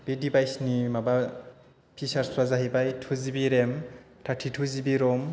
बे दिभाइसनि माबा पिसार्सफ्रा जाहैबाय थु जिबि रेम थारथिथु जिबि रम